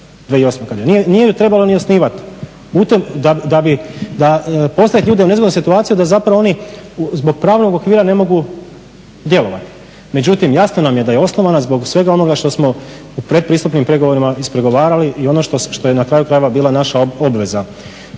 Nije ju trebalo ni osnivati da bi, da postavite ljude u nezgodnu situaciju da zapravo oni zbog pravnog okvira ne mogu djelovati. Međutim, jasno nam je da je osnovana zbog svega onoga što smo u pretpristupnim pregovorima ispregovarali i ono što je na kraju krajeva bila naša obveza.